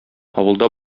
авылда